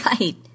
Right